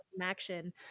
action